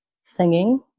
singing